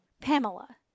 Pamela